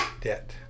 debt